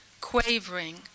quavering